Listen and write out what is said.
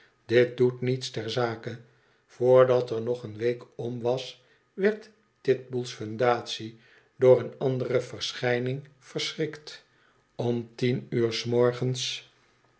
dit doet niets ter zake voordat er nog een week om was werd titbull's fundatie door een andere verschijning verschrikt om tien uur s morgens